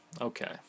Okay